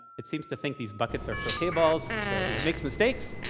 it seems to think these buckets are croquet balls. so you know, it makes mistakes,